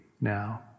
now